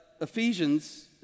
Ephesians